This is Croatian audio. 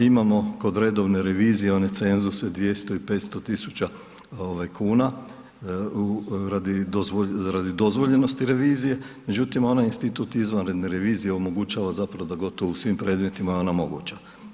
Imamo kod redovne revizije one cenzuse 200 i 500.000 kuna radi dozvoljenosti revizije međutim onaj institut izvanredne revizije omogućava zapravo da gotovo u svim predmetima je ona moguća.